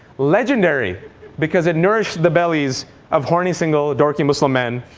legendary because it nourished the bellies of horny, single, dorky, muslim men.